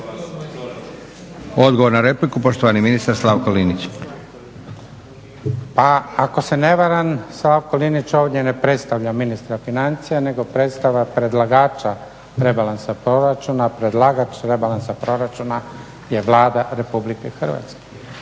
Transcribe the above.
Odgovor na repliku, poštovani ministar Slavko Linić. **Linić, Slavko (SDP)** Pa ako se ne varam, Slavko Linić ne predstavlja ministra financija nego predstavlja predlagača rebalansa proračuna, a predlagač rebalansa proračuna je Vlada RH. Dapače,